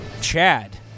Chad